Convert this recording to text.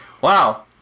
Wow